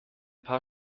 paar